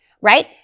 right